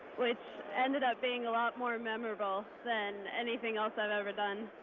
which ended up being a lot more memorable than anything else i've ever done.